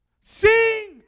Sing